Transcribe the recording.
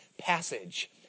passage